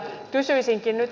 kysyisinkin nyt